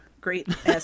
great